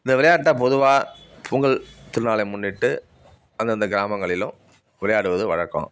இந்த விளையாட்டை பொதுவாக பொங்கல் திருநாளை முன்னிட்டு அந்தந்த கிராமங்களிலும் விளையாடுவது வழக்கம்